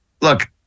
look